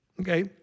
Okay